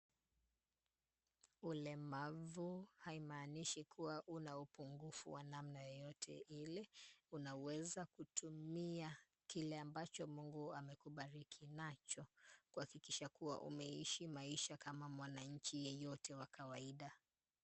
Ulemavu haimaanishi kuwa una upungufu wa namna yoyote ile. Unaweza kutumia kile ambacho Mungu amekubariki nacho, kuhakikisha kuwa umeishi maisha kama mwananchi yeyote wa kawaida.